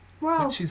Wow